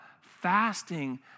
fasting